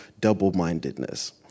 double-mindedness